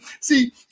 See